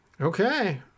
okay